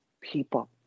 people